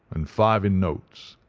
and five in notes.